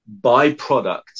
byproduct